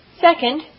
Second